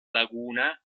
laguna